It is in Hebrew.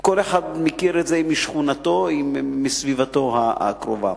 כל אחד מכיר את זה משכונתו ומסביבתו הקרובה.